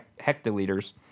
hectoliters